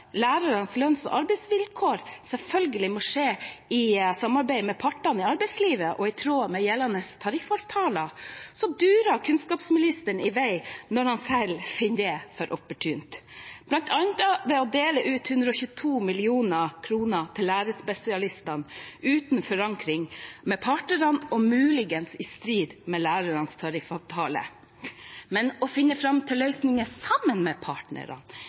lærernes lønns- og arbeidsvilkår, selvfølgelig må skje i samarbeid med partene i arbeidslivet og i tråd med gjeldende tariffavtaler, durer kunnskapsministeren i vei når han selv finner det opportunt, bl.a. ved å dele ut 122 mill. kr til lærerspesialister, uten forankring hos partene og muligens i strid med lærernes tariffavtale. Men å finne fram til løsninger sammen med